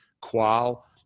qual